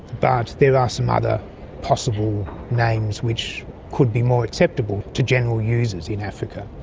but there are some other possible names which could be more acceptable to general users in africa,